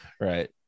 Right